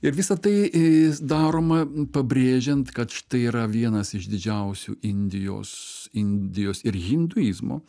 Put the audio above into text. ir visa tai i daroma pabrėžiant kad štai yra vienas iš didžiausių indijos indijos ir hinduizmo